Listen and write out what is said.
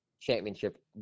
championship